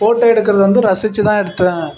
photo எடுக்கிறது வந்து ரசித்து தான் எடுத்தேன்